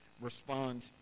respond